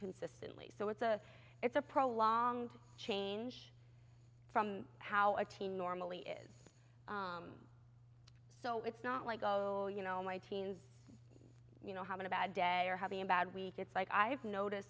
consistently so it's a it's a prolonged change from how a teen normally is so it's not like oh you know my teens you know having a bad day or having a bad week it's like i've noticed